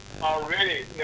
already